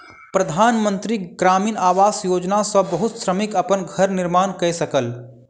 प्रधान मंत्री ग्रामीण आवास योजना सॅ बहुत श्रमिक अपन घर निर्माण कय सकल